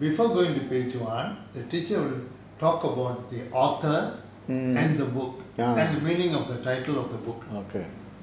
before going to page one the teacher will talk about the author and the book and the meaning of the title of the book